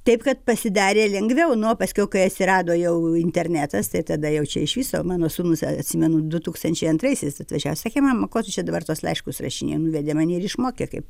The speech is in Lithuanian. taip kad pasidarė lengviau nu o paskiau kai atsirado jau internetas tai tada jau čia iš viso mano sūnus atsimenu du tūkstančiai antraisiais atvažiavo sakė mama ko tu čia dabar tuos laiškus rašinėji nuvedė mane ir išmokė kaip